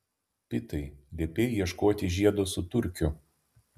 pitai liepei ieškoti žiedo su turkiu